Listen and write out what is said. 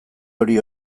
hori